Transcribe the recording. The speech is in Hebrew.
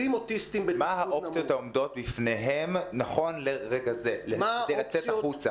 מה האופציות העומדות בפניהם נכון לרגע זה כדי לצאת החוצה